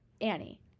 Annie